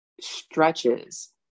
stretches